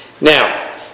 Now